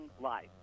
life